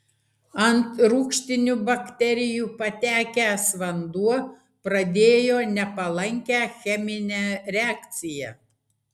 ant rūgštinių baterijų patekęs vanduo pradėjo nepalankę cheminę reakciją